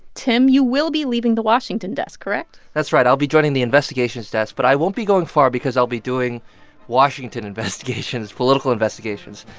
tim, you will be leaving the washington desk, correct? that's right. i'll be joining the investigations desk. but i won't be going far because i'll be doing washington investigations, political investigations.